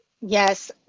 Yes